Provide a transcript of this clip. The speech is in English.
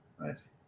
Nice